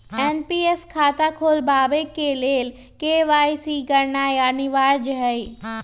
NPS खता खोलबाबे के लेल के.वाई.सी करनाइ अनिवार्ज हइ